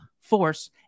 force